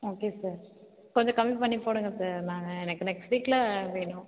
okay sir கொஞ்சம் கம்மி பண்ணி போடுங்க சார் நாங்கள் எனக்கு நெக்ஸ்ட் வீக்கில் வேணும்